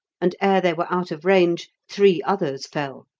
and ere they were out of range three others fell.